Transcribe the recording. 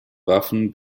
waffen